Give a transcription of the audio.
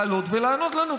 לעלות ולענות לנו,